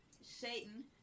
Satan